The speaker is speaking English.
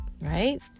right